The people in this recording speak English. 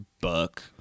buck